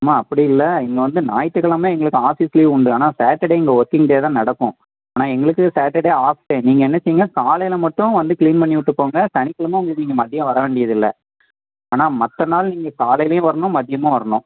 மா அப்படி இல்லை இங்கே வந்து ஞாயிற்றுக் கெழம எங்களுக்கு ஆஃபீஸ் லீவு உண்டு ஆனால் சேட்டடே இங்கே ஒர்க்கிங் டே தான் நடக்கும் ஆனால் எங்களுக்கு சேட்டடே ஆஃப் டே நீங்கள் என்ன செய்யுங்க காலையில் மட்டும் வந்து கிளீன் பண்ணி விட்டு போங்க சனிக் கிழம உங்களுக்கு நீங்கள் மதியம் வர வேண்டியதில்லை ஆனால் மற்ற நாள் நீங்கள் காலைலேயும் வரணும் மதியமும் வரணும்